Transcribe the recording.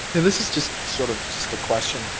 and this is just sort of just a question,